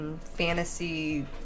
fantasy